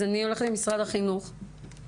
משרד החינוך בבקשה.